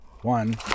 one